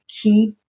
keep